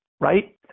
right